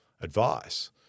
advice